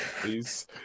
please